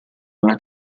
una